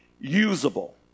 usable